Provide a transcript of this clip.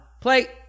Play